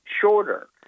shorter